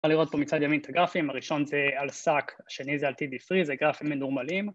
אפשר לראות פה מצד ימין את הגרפים, הראשון זה על סאק, השני זה על T B Free, זה גרפים מנורמלים